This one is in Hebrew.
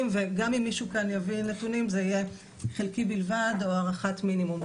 וגם אם מישהו כאן יביא נתונים זה יהיה חלקי בלבד או הערכת מינימום.